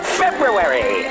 february